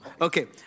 Okay